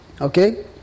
Okay